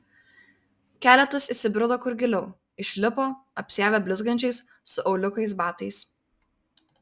keletas įsibrido kur giliau išlipo apsiavę blizgančiais su auliukais batais